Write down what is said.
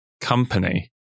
company